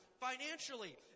financially